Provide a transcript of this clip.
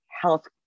health